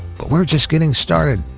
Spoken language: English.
but we're just getting started.